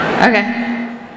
Okay